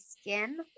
skin